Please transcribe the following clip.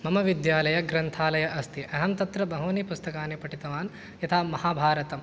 मम विद्यालयग्रन्थालयः अस्ति अह तत्र बहूनि पुस्तकानि पठितवान् यथा महाभारतं